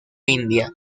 india